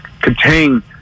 contain